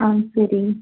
ஆ சரி